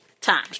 time